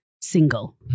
single